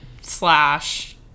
slash